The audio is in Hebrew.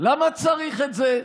למה צריך את זה?